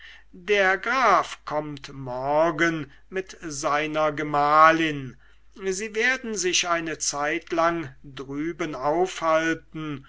der graf kömmt morgen mit seiner gemahlin sie werden sich eine zeitlang drüben aufhalten